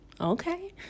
Okay